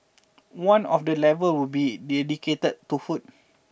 one of the level will be dedicated to food